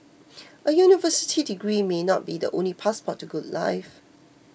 a university degree may not be the only passport to a good life